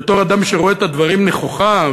בתור אדם שרואה את הדברים נכוחה,